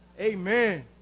Amen